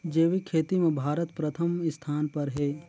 जैविक खेती म भारत प्रथम स्थान पर हे